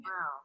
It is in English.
Wow